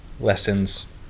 lessons